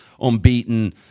unbeaten